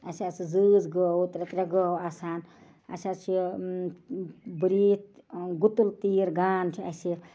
اَسہِ آسہٕ زۭز گٲوٕ ترٛےٚ ترٛےٚ گٲوٕ آسان اَسہِ حظ چھِ بٔریٖتھ گُتُل تیٖر گان چھِ اَسہِ